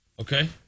Okay